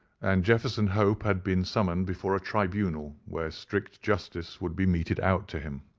and jefferson hope had been summoned before a tribunal where strict justice would be meted out to him.